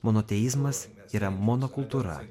monoteizmas yra monokultūra